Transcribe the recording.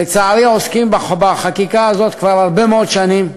לצערי, עוסקים בחקיקה הזאת כבר הרבה מאוד שנים,